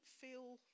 feel